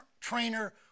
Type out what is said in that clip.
trainer